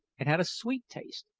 and had a sweet taste,